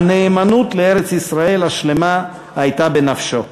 הנאמנות לארץ-ישראל השלמה הייתה בנפשו.